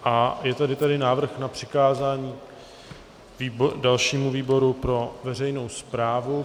A je tady tedy návrh na přikázání dalšímu výboru pro veřejnou správu.